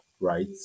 right